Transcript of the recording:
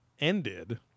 ended